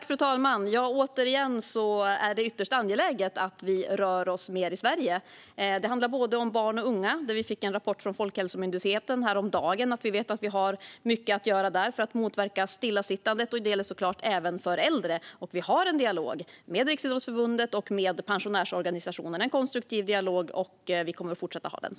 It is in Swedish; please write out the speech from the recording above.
Fru talman! Återigen vill jag säga att det är ytterst angeläget att vi rör oss mer i Sverige. Det handlar om barn och unga - vi fick en rapport från Folkhälsomyndigheten häromdagen och har mycket att göra där för att motverka stillasittandet - och om äldre. Vi har en dialog med Riksidrottsförbundet och pensionärsorganisationerna. Det är en konstruktiv dialog som vi kommer att fortsätta att ha.